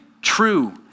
true